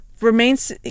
remains